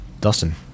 Dustin